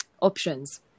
Options